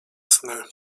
sny